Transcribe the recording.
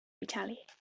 retaliate